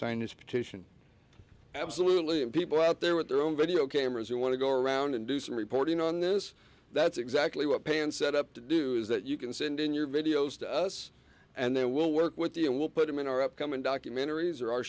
this petition absolutely and people out there with their own video cameras you want to go around and do some reporting on this that's exactly what pain set up to do is that you can send in your videos to us and then we'll work with the and we'll put them in our upcoming documentaries